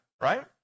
right